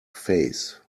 face